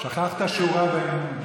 שכחת שורה ביניהם.